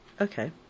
Okay